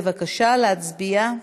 בבקשה להצביע.